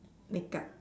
makeup